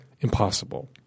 impossible